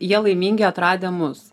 jie laimingi atradę mus